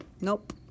Nope